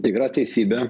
tikra teisybė